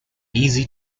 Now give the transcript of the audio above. easy